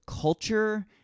culture